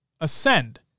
Ascend